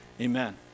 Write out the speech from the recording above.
Amen